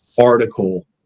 article